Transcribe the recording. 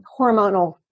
hormonal